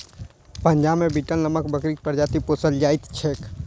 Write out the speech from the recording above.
पंजाब मे बीटल नामक बकरीक प्रजाति पोसल जाइत छैक